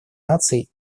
наций